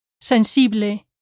Sensible